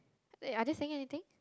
uh are they saying anything